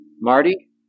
Marty